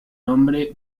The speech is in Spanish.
nombre